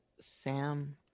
Sam